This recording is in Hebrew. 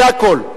זה הכול.